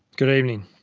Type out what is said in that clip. good evening.